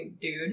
dude